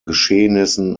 geschehnissen